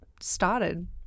started